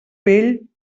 vell